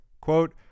Quote